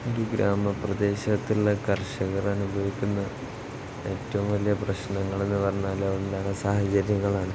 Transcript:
ഒരു ഗ്രാമപ്രദേശത്തിലുള്ള കർഷകർ അനുഭവിക്കുന്ന ഏറ്റവും വലിയ പ്രശ്നങ്ങൾ എന്ന് പറഞ്ഞാൽ ഒന്നാണ് സാഹചര്യങ്ങളാണ്